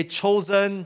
chosen